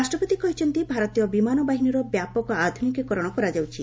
ରାଷ୍ଟ୍ରପତି କହିଛନ୍ତି ଭାରତୀୟ ବିମାନ ବାହିନୀର ବ୍ୟାପକ ଆଧୁନିକୀକରଣ କରାଯାଉଛି